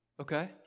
okay